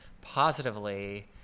positively